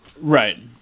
Right